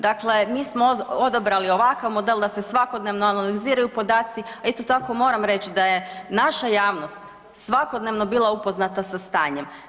Dakle, mi smo odabrali ovakav model, da se svakodnevno analiziraju podaci a isto tako moram reći da je naša javnost svakodnevno bila upoznata sa stanjem.